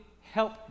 help